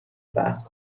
بحث